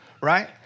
right